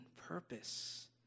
purpose